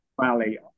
Valley